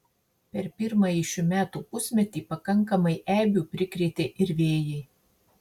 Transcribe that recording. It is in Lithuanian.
per pirmąjį šių metų pusmetį pakankamai eibių prikrėtė ir vėjai